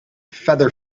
feather